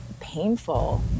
painful